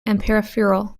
peripheral